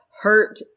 hurt